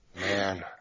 man